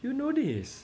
you know this